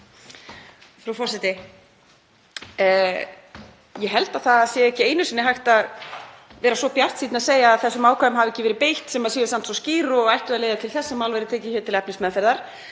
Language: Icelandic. Frú forseti. Ég held að það sé ekki einu sinni hægt að vera svo bjartsýnn að segja að þessum ákvæðum hafi ekki verið beitt sem séu samt svo skýr og ættu að leiða til þess að mál verði tekin til efnismeðferðar.